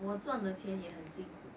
我赚的钱很辛苦